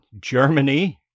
germany